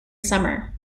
summer